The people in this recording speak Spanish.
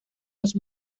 los